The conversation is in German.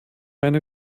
eine